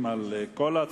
2008, מ/403, ג.